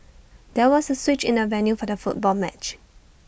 there was A switch in the venue for the football match